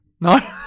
no